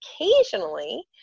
occasionally